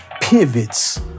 pivots